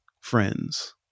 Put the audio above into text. friends